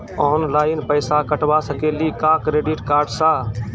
Online पैसा कटवा सकेली का क्रेडिट कार्ड सा?